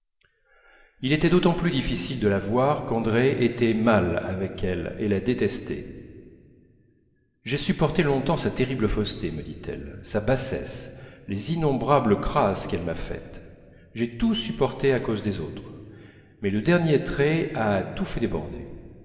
il était d'autant plus difficile de la voir qu'andrée était mal avec elle et la détestait j'ai supporté longtemps sa terrible fausseté me dit-elle sa bassesse les innombrables crasses qu'elle m'a faites j'ai tout supporté à cause des autres mais le dernier trait a tout fait déborder